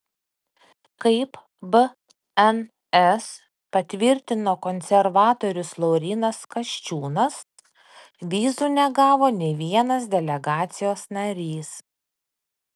kaip bns patvirtino konservatorius laurynas kasčiūnas vizų negavo nė vienas delegacijos narys